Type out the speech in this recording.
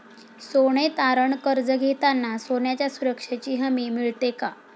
सोने तारण कर्ज घेताना सोन्याच्या सुरक्षेची हमी मिळते का?